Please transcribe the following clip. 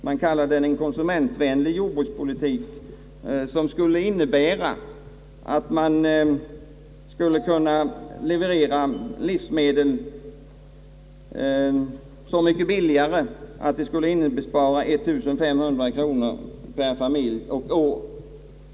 Man kallade den en konsumentvänlig jordbrukspolitik, som skulle innebära att man kunde leverera livsmedel så mycket billigare, att det skulle inbespara 1500 kronor per familj och år.